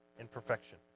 imperfection